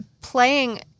playing